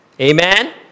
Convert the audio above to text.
Amen